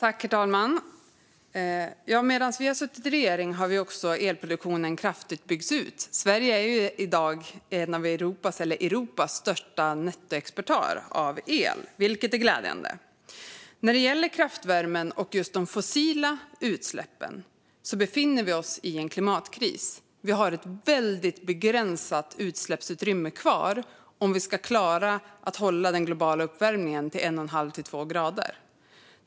Herr talman! Medan vi har suttit i regering har elproduktionen kraftigt byggts ut. Sverige är i dag Europas största nettoexportör av el, vilket är glädjande. När det gäller kraftvärmen och just de fossila utsläppen befinner vi oss i en klimatkris. Vi har ett väldigt begränsat utsläppsutrymme kvar om vi ska klara att hålla den globala uppvärmningen på 1,5-2 grader.